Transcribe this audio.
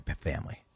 family